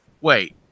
wait